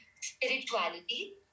spirituality